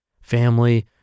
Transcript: family